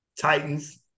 Titans